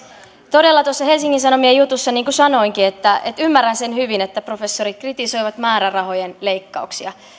todella tuossa helsingin sanomien jutussa niin kuin sanoinkin ymmärrän sen hyvin professorit kritisoivat määrärahojen leikkauksia